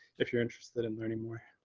if you're interested in learning more.